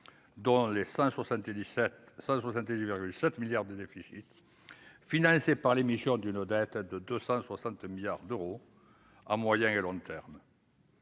virgule 7 milliards de déficit, financé par l'émission d'une autre date de 260 milliards d'euros à moyen et long terme.